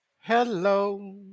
hello